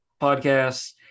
Podcasts